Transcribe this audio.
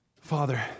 Father